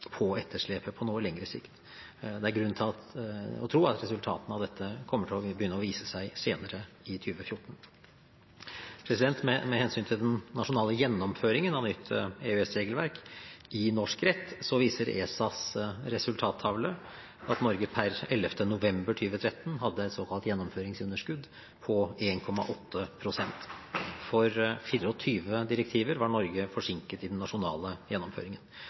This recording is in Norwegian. på etterslepet på noe lengre sikt. Det er grunn til å tro at resultatene av dette kommer til å begynne å vise seg senere i 2014. Med hensyn til den nasjonale gjennomføringen av nytt EØS-regelverk i norsk rett viser ESAs resultattavle at Norge per 11. november 2013 hadde såkalt gjennomføringsunderskudd på 1,8 pst. For 24 direktiver var Norge forsinket i den nasjonale gjennomføringen.